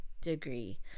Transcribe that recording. degree